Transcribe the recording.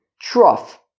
trough